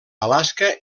alaska